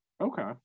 Okay